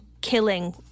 killing